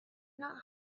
not